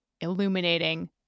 illuminating